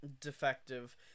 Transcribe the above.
defective